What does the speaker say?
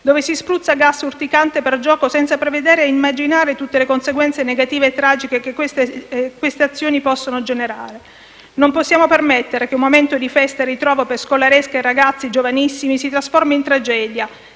dove si spruzza gas urticante per gioco, senza prevedere e immaginare tutte le conseguenze negative e tragiche che queste azioni possono generare. Non possiamo permettere che un momento di festa e ritrovo per scolaresche e ragazzi giovanissimi si trasformi in tragedia.